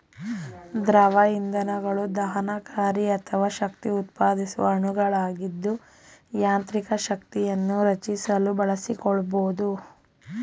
ದ್ರವ ಇಂಧನಗಳು ದಹನಕಾರಿ ಅಥವಾ ಶಕ್ತಿಉತ್ಪಾದಿಸುವ ಅಣುಗಳಾಗಿದ್ದು ಯಾಂತ್ರಿಕ ಶಕ್ತಿಯನ್ನು ರಚಿಸಲು ಬಳಸಿಕೊಳ್ಬೋದು